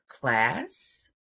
class